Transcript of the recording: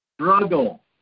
struggle